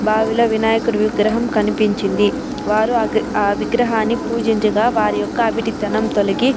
బావిలో వినాయకుడి విగ్రహం కనిపించింది వారి ఆ వి ఆ విగ్రహాన్ని పూజించగా వారియొక్క అవిటి తనం తొలిగి